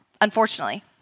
unfortunately